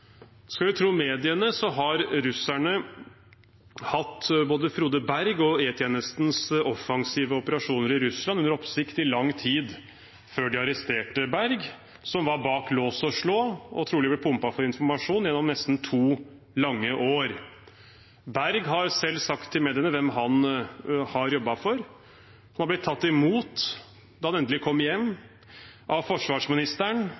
Skal vi tro mediene, har russerne hatt både Frode Berg og E-tjenestens offensive operasjoner i Russland under oppsikt i lang tid før de arresterte Berg, som var bak lås og slå og trolig ble pumpet for informasjon gjennom nesten to lange år. Berg har selv sagt til mediene hvem han har jobbet for, og han har blitt tatt imot, da han endelig kom hjem, av forsvarsministeren